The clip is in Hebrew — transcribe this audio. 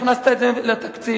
הכנסת את זה לתקציב.